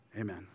Amen